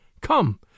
Come